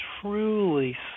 truly